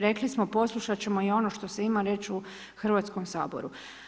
Rekli smo poslušati ćemo i ono što se ima reći u Hrvatskom saboru.